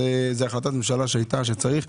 זו החלטת ממשלה, שצריך.